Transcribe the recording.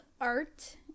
art